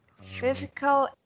Physical